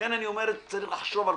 לכן, אני אומר, צריך לחשוב.